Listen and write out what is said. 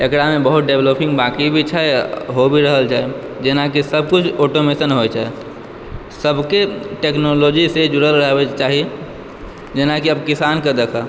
एकरामे बहुत डेवलपिङ्ग बाँकी भी छै हो भी रहल छै जेनाकि सब कुछ ऑटोमेशन होइ छै सबके टेक्नोलॉजीसँ जुड़ल रहैके चाही जेनाकि अब किसानके देखऽ